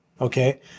okay